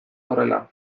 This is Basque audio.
horrela